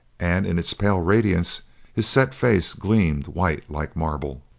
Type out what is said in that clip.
and in its pale radiance his set face gleamed white like marble.